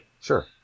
sure